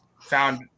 found